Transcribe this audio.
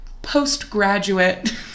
Postgraduate